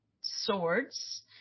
swords